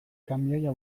kamioia